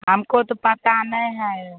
हमको तो पता नहीं है